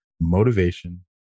motivation